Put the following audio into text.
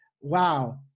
wow